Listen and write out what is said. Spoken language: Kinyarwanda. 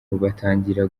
batangira